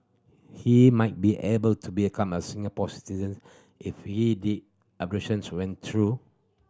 he might be able to become a Singapore citizen if he the went through